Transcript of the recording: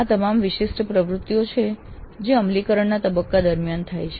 આ તમામ વિશિષ્ટ પ્રવૃત્તિઓ છે જે અમલીકરણના તબક્કા દરમિયાન થાય છે